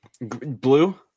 Blue